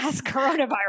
coronavirus